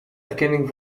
erkenning